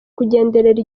kugenderera